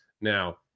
now